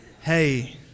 hey